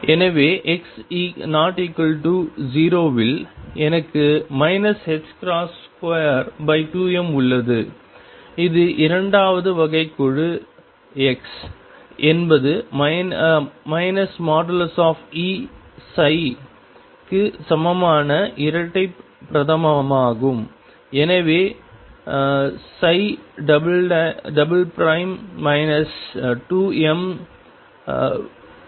எனவே x ≠0 வில் எனக்கு 22m உள்ளது இது இரண்டாவது வகைக்கெழு x என்பது E இக்கு சமமான இரட்டை பிரதமமாகும் எனவே 2mE2ψ0